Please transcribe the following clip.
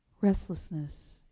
Restlessness